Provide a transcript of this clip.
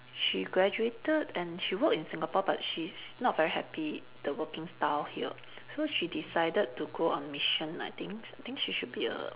she graduated and she work in Singapore but she's not very happy the working style here so she decided to go on mission I think I think she should be a